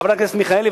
חברת הכנסת מיכאלי,